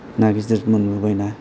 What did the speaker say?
ना गिदिरखौ मोनबोबाय ना